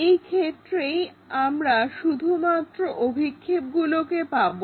এই ক্ষেত্রেই আমরা শুধুমাত্র অভিক্ষেপগুলোকে পাবো